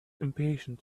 impatient